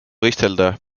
võistelda